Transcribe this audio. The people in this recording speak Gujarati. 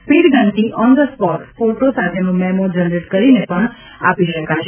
સ્પીડ ગનથી ઓન ધ સ્પોટ ફોટો સાથેનો મેમો જનરેટ કરીને પણ આપી શકાશે